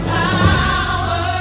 power